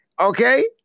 Okay